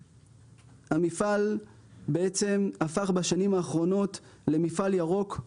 המפעל בעצם הפך בשנים האחרונות למפעל ירוק,